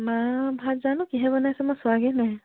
মাৰ ভাত জানো কিহে বনাইছে মই চোৱাগে নাই